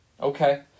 Okay